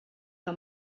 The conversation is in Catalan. que